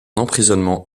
emprisonnement